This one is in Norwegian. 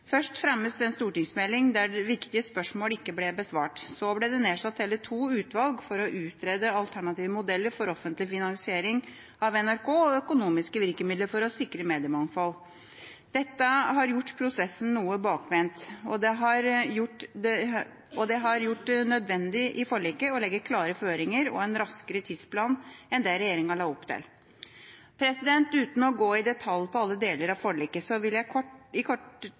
Først ble det fremmet en stortingsmelding der viktige spørsmål ikke ble besvart. Så ble det nedsatt hele to utvalg for å utrede alternative modeller for offentlig finansiering av NRK og økonomiske virkemidler for å sikre mediemangfold. Dette har gjort prosessen noe bakvendt, og det har gjort det nødvendig i forliket å legge klare føringer og en raskere tidsplan enn det regjeringa la opp til. Uten å gå i detalj på alle deler av forliket vil jeg kort trekke fram to punkter med stor betydning: Dersom NRK fortsatt skal spille en viktig rolle i